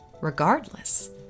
regardless